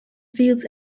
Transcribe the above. fields